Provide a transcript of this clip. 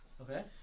Okay